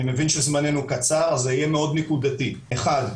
אני מבין שזמננו קצר אז זה יהיה מאוד נקודתי: אחד,